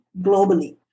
globally